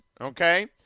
okay